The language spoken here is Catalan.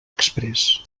exprés